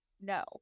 No